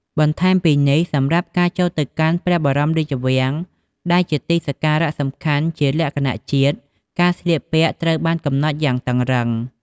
បន្ថែមពីនេះ សម្រាប់ការចូលទៅកាន់ព្រះបរមរាជវាំងដែលជាទីសក្ការៈសំខាន់ជាលក្ខណៈជាតិ ការស្លៀកពាក់ត្រូវបានកំណត់យ៉ាងតឹងរឹង។